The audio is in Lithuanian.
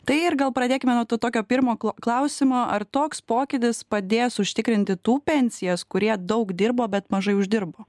tai ir gal pradėkime nuo tokio pirmo klausimo ar toks pokytis padės užtikrinti tų pensijas kurie daug dirbo bet mažai uždirbo